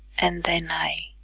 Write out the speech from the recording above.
and then i